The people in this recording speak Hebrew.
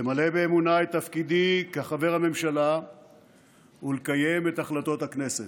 למלא באמונה את תפקידי כחבר הממשלה ולקיים את החלטות הכנסת.